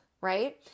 right